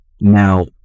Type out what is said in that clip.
now